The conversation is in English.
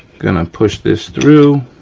gonna push this through,